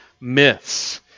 myths